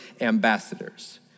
ambassadors